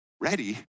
Ready